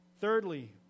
Thirdly